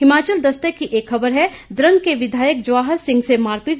हिमाचल दस्तक की एक खबर है द्रंग के विधायक जवाहर सिंह से मारपीट